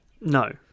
No